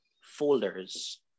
folders